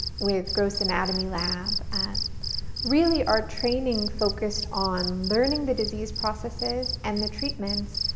with gross anatomy lab. really our training focused on learning the disease processes and the treatments,